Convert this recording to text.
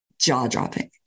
jaw-dropping